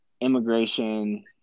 immigration